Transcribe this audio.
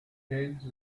hate